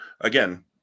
again